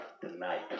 tonight